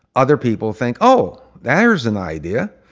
other people think, oh, there's an idea,